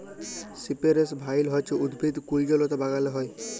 সিপেরেস ভাইল হছে উদ্ভিদ কুল্জলতা বাগালে হ্যয়